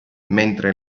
mentre